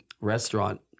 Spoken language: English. restaurant